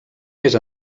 més